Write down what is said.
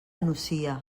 nucia